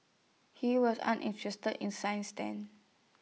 he was uninterested in science then